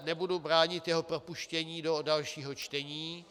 Nebudu se bránit jeho propuštění do dalšího čtení.